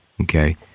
okay